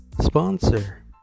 sponsor